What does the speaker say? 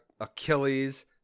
Achilles